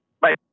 Bye